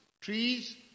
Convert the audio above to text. Trees